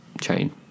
chain